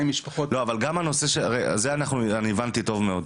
--- את זה אני הבנתי טוב מאוד.